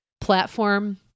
platform